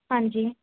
ਹਾਂਜੀ